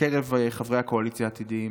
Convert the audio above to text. בקרב חברי הקואליציה העתידיים.